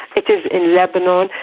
it is in lebanon.